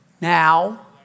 Now